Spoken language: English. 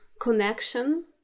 connection